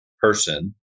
person